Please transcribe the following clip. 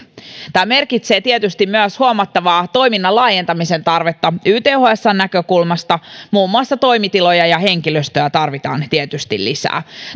tämä merkitsee tietysti myös huomattavaa toiminnan laajentamisen tarvetta ythsn näkökulmasta muun muassa toimitiloja ja henkilöstöä tarvitaan tietysti lisää